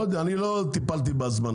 אני לא טיפלתי בהזמנות.